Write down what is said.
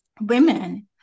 women